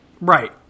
Right